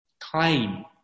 Claim